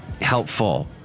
helpful